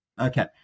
Okay